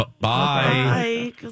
bye